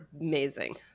amazing